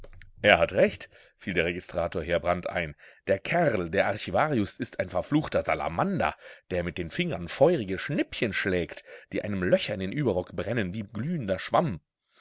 er hat recht fiel der registrator heerbrand ein der kerl der archivarius ist ein verfluchter salamander der mit den fingern feurige schnippchen schlägt die einem löcher in den überrock brennen wie glühender schwamm